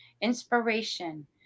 inspiration